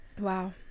wow